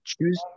choose